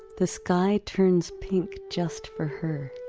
the sky turns pink just for her.